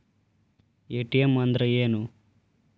ATM ಅಂದ್ರ ಏನು?